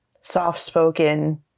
soft-spoken